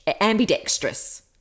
ambidextrous